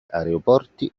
aeroporti